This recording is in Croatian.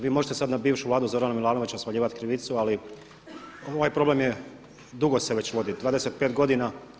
Vi možete sad na bivšu Vladu Zorana Milanovića svaljivati krivicu ali ovaj problem je, dugo se već vodi, 25 godina.